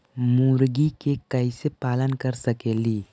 मुर्गि के कैसे पालन कर सकेली?